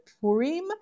Purim